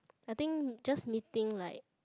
I think just meeting like